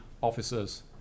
officers